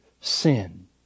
sin